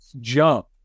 jump